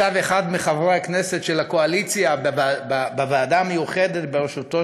ישב אחד מחברי הכנסת של הקואליציה בוועדה המיוחדת בראשותו